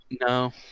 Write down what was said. No